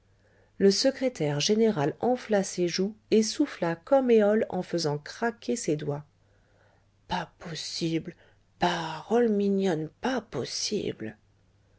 le secrétaire général enfla ses joues et souffla comme eole en faisant craquer ses doigts pas possible parole mignonne pas possible